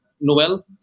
Noel